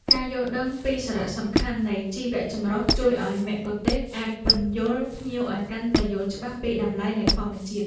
ការយល់ដឹងពីសារៈសំខាន់នៃជីវចម្រុះជួយឱ្យមគ្គុទ្ទេសក៍អាចពន្យល់ភ្ញៀវឱ្យកាន់តែយល់ច្បាស់ពីតម្លៃនៃធម្មជាតិ។